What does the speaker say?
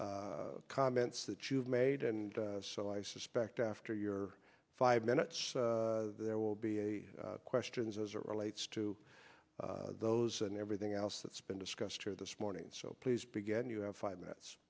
comments that you've made and so i suspect after your five minutes there will be questions as it relates to those and everything else that's been discussed here this morning so please begin you have five minutes